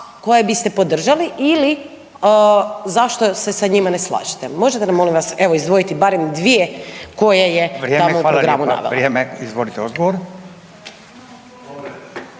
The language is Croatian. koje biste podržali ili zašto se sa njima ne slažete. Možete nam molim vas evo izdvojiti barem 2 koje je …/Upadica: Vrijeme, hvala lijepa./… tamo u programu